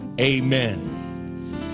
Amen